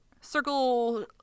circle